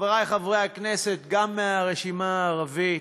וחברי חברי הכנסת, גם מהרשימה הערבית,